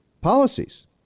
policies